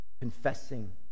confessing